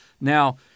Now